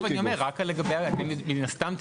מן הסתם,